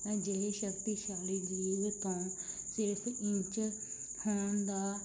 ਅਜਿਹੇ ਸ਼ਕਤੀਸ਼ਾਲੀ ਜੀਵ ਤੋਂ ਸਿਰਫ ਇੰਚ ਹੋਣ ਦਾ